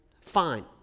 fine